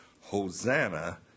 Hosanna